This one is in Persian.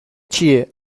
چیه